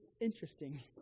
interesting